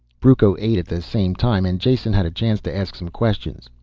brucco ate at the same time and jason had a chance to ask some questions.